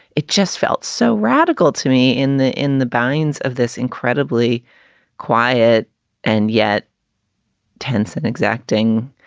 it just felt so radical to me in the in the binds of this incredibly quiet and yet tense and exacting